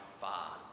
far